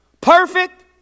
perfect